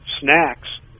snacks